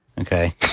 Okay